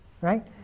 right